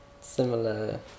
Similar